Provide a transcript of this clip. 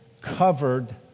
covered